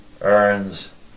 earns